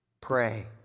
Pray